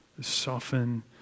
soften